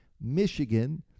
Michigan